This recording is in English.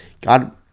God